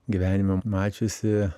gyvenime mačiusi